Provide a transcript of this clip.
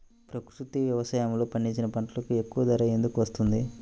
ప్రకృతి వ్యవసాయములో పండించిన పంటలకు ఎక్కువ ధర ఎందుకు వస్తుంది?